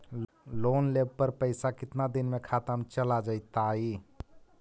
Loan लेब पर पैसा कितना दिन में खाता में चल आ जैताई?